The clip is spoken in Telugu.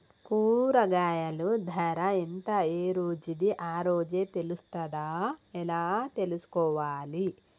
కూరగాయలు ధర ఎంత ఏ రోజుది ఆ రోజే తెలుస్తదా ఎలా తెలుసుకోవాలి?